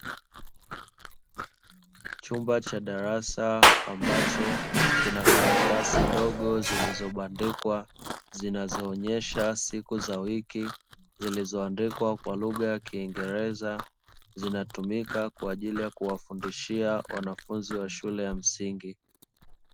Chumba cha darasa ambacho kina karatasi ndogo zilizobandikwa zinazoonyesha siku za wiki zilizoandikwa kwa lugha ya kingereza, zinatumika kwa ajili ya kuwafundishia wanafunzi wa shule ya msingi.